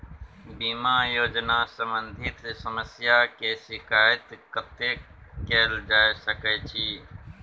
बीमा योजना सम्बंधित समस्या के शिकायत कत्ते कैल जा सकै छी?